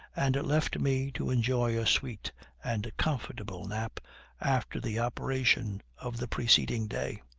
and left me to enjoy a sweet and comfortable nap after the operation of the preceding day.